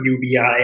UBI